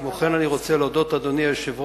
כמו כן אני רוצה להודות, אדוני היושב-ראש,